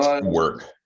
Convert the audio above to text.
work